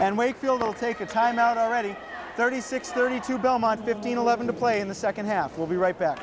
and wakefield will take a time out already thirty six thirty two belmont fifteen eleven to play in the second half will be right back